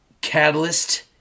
Catalyst